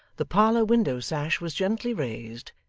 the parlour window-sash was gently raised,